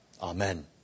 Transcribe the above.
Amen